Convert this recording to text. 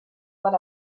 what